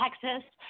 Texas